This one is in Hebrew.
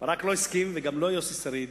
ברק לא הסכים וגם לא יוסי שריד.